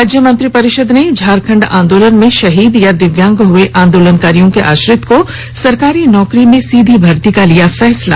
राज्य मंत्रिपरिषद ने झारखण्ड आंदोलन में शहीद या दिव्यांग हुए आंदोलनकारियों के आश्रित को सरकारी नौकरी में सीधी भर्ती का लिया फैसला